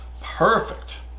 perfect